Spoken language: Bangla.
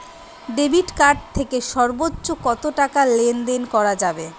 ডেবিট কার্ড থেকে সর্বোচ্চ কত টাকা লেনদেন করা যাবে?